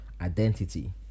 identity